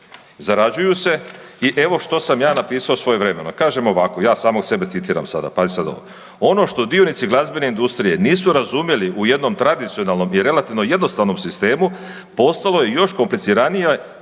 zarađuju se i evo što sam ja napisao svojevremeno. Kažem ovako, ja samog sebe citiram sada, pazi sad ovo, ono što dionici glazbene industrije nisu razumjeli u jednom tradicionalnom i relativno jednostavnom sistemu, postalo je još kompliciranija